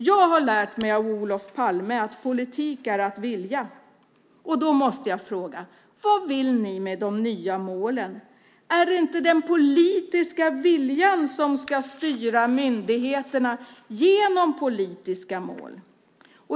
Jag har lärt mig av Olof Palme att politik är att vilja. Då måste jag fråga: Vad vill ni med de nya målen? Är det inte den politiska viljan som ska styra myndigheterna genom politiska mål?